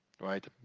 right